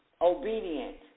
obedient